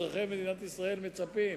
אזרחי מדינת ישראל מצפים